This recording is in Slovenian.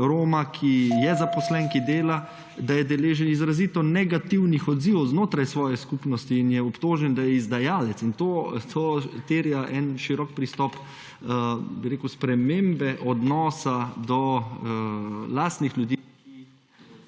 Roma, ki je zaposlen, ki dela, da je deležen izrazito negativnih odzivov znotraj svoje skupnosti, in je obtožen, da je izdajalec. In to terja en širok pristop spremembe odnosa do lastnih ljudi, ki